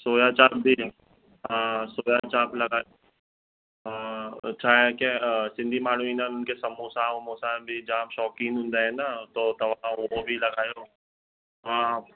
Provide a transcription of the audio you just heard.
soya chaap बि हा soya chaap लॻाइ हा छा आहे के सिंधी माण्हूं ईंदा उन्हनि खे समोसा वमोसा बि जाम शौंक़ीन हूंदा आहिनि न तो तव्हां हो बि लॻायो हा